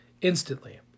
instantly